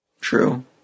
True